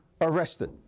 arrested